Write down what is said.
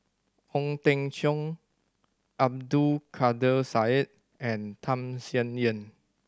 Ong Teng Cheong Abdul Kadir Syed and Tham Sien Yen